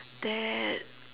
that